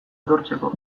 etortzeko